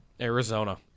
Arizona